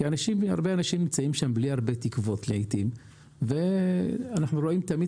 כי לעיתים אנשים נמצאים שם בלי הרבה תקוות.